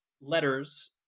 letters